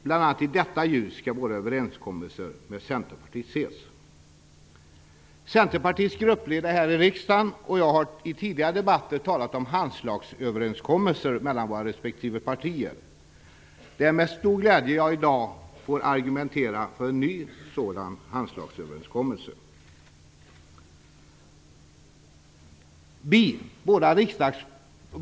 Bl.a. i detta ljus skall våra överenskommelser med Centerpartiet ses. Centerpartiets gruppledare här i riksdagen och jag har i tidigare debatter talat om handslagsöverenskommelser mellan våra respektive partier. Det är med stor glädje som jag i dag får argumentera för en ny sådan överenskommelse.